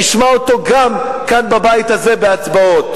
נשמע אותו גם כאן בבית הזה בהצבעות.